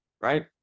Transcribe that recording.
right